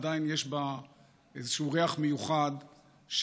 עדיין יש בה איזשהו ריח מיוחד שלנו,